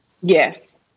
Yes